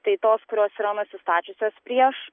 tai tos kurios yra nusistačiusios prieš